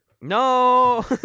No